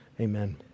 Amen